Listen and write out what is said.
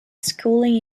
schooling